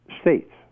states